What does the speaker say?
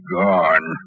gone